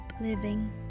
living